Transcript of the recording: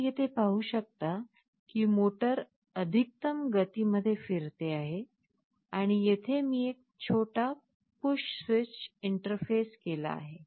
आपण येथे पाहू शकता ही मोटर अधिकतम गती मध्ये फिरत आहे आणि येथे मी एक छोटा पुश स्विच इंटरफेस केला आहे